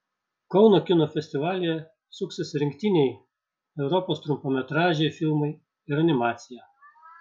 kauno kino festivalyje suksis rinktiniai europos trumpametražiai filmai ir animacija